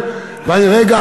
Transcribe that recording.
רגע,